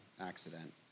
accident